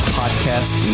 podcast